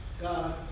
God